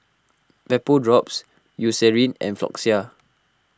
Vapodrops Eucerin and Floxia